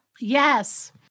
Yes